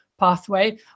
pathway